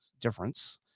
difference